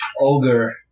ogre